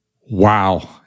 Wow